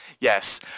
Yes